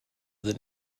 that